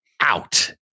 out